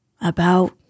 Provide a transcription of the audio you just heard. about